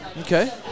Okay